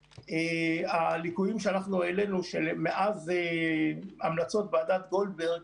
הליקויים שאנחנו העלינו מאז המלצות ועדת גולדברג